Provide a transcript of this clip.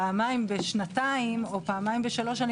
פעמיים בשנתיים או פעמיים בשלוש שנים,